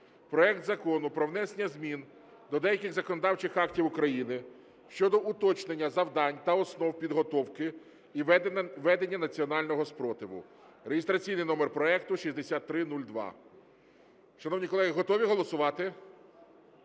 проект Закону про внесення змін до деяких законодавчих актів України щодо уточнення завдань та основ підготовки і ведення національного спротиву (реєстраційний номер проекту 6302). Шановні колеги, готові голосувати?